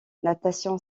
natation